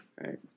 right